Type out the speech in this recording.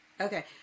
Okay